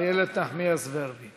איילת נחמיאס ורבין.